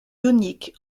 ioniques